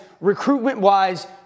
recruitment-wise